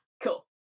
cool